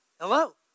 Hello